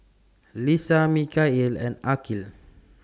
Lisa Mikhail and Aqil